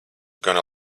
gana